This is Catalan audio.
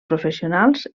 professionals